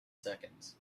seconds